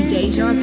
Deja